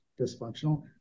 dysfunctional